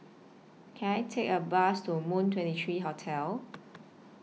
Can I Take A Bus to Moon twenty three Hotel